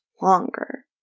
longer